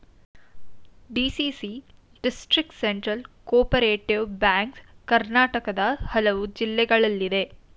DCC district central cooperative banks ಕರ್ನಾಟಕದ ಹಲವು ಜಿಲ್ಲೆಗಳಲ್ಲಿದೆ